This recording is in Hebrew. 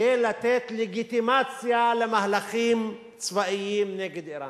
כדי לתת לגיטימציה למהלכים צבאיים נגד אירן,